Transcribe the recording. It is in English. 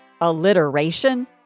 alliteration